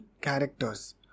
characters